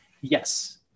Yes